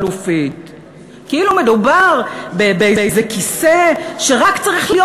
כאילו מדובר באיזה כיסא שרק צריך להיות